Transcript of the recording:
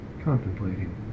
Contemplating